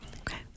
Okay